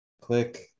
click